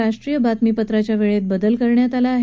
राष्ट्रीय बातमीपत्राच्या वेळेत बदल करण्यात आला आहे